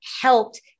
helped